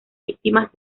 víctimas